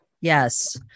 Yes